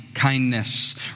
kindness